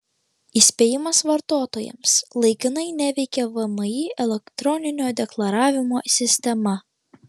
įspėjimas vartotojams laikinai neveikia vmi elektroninio deklaravimo sistema